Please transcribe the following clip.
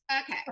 Okay